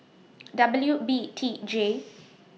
W B T J